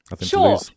sure